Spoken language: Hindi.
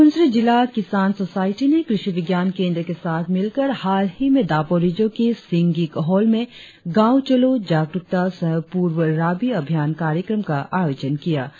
अपर सुबनसिरी जिला किसान सोसायटी ने कृषि विज्ञान केंद्र के साथ मिलकर हाल ही में दापोरिजों के सिंगिक हॉल में गांव चलों जागरुकता सह पूर्व राबी अभियान कार्यक्रम का आयोजन किया